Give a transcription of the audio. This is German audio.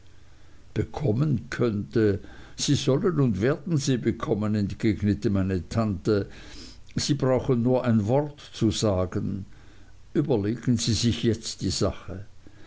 bekommen könnte sie sollen und werden sie bekommen entgegnete meine tante sie brauchen nur ein wort zu sagen überlegen sie sich jetzt beide die sache